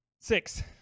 Six